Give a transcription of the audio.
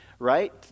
right